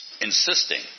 insisting